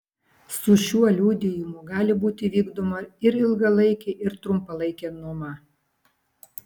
su šiuo liudijimu gali būti vykdoma ir ilgalaikė ir trumpalaikė nuoma